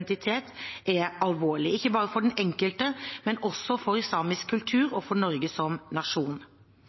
identitet, er alvorlig, ikke bare for den enkelte, men også for samisk kultur og for Norge som nasjon.